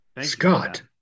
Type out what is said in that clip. Scott